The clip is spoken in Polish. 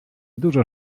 dużo